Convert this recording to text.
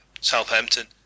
Southampton